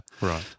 Right